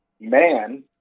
man